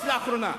לאחרונה,